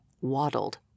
waddled